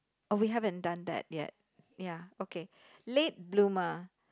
oh we haven't done that yet ya okay late bloomer